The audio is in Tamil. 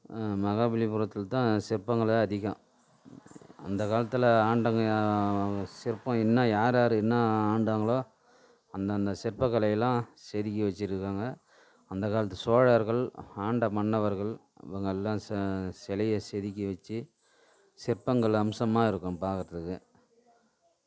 மகாபலிபுரத்தில் தான் சிற்பங்களே அதிகம் அந்த காலத்தில் ஆண்டவங்க சிற்பம் இன்ன யார் யார் என்ன ஆண்டாங்களோ அந்த அந்த சிற்பக்கலையெல்லாம் செதுக்கி வச்சுருக்காங்க அந்த காலத்து சோழர்கள் ஆண்ட மன்னவர்கள் இவங்கெல்லாம் சே சிலைய செதுக்கி வச்சு சிற்பங்கள் அம்சமாக இருக்கும் பார்க்கறத்துக்கு